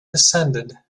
descended